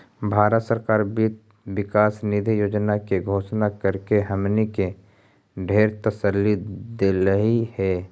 भारत सरकार वित्त विकास निधि योजना के घोषणा करके हमनी के ढेर तसल्ली देलई हे